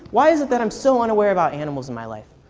why is it that i'm so unaware about animals in my life?